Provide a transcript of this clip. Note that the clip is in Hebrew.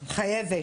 חייבת.